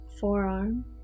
forearm